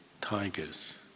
tigers